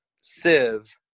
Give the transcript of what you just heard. sieve